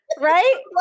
Right